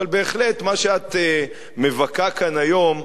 אבל בהחלט מה שאת מבכה כאן היום,